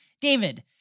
David